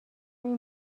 این